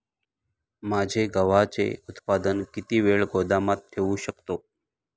माझे गव्हाचे उत्पादन किती वेळ गोदामात ठेवू शकतो?